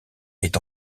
est